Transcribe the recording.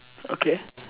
okay